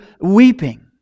weeping